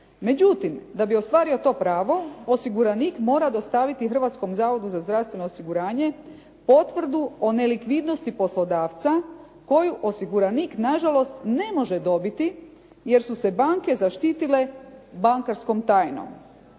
Međutim, da bi ostvario to pravo osiguranik mora dostaviti Hrvatskom zavodu za zdravstveno osiguranju potvrdu o nelikvidnosti poslodavca koju osiguranik na žalost ne može dobiti jer su se banke zaštitile bankarskom tajnom.